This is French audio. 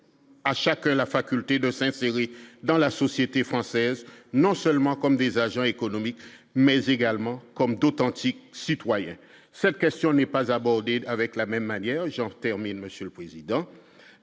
à chacun la faculté de s'insérer dans la société française, non seulement comme des agents économiques, mais également comme d'authentiques citoyens, cette question n'est pas abordé avec la même manière, genre termine Monsieur le Président,